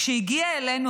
כשהגיע אלינו